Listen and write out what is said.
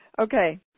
Okay